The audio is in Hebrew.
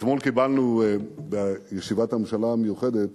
אתמול קיבלנו בישיבת הממשלה המיוחדת